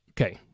Okay